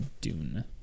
Dune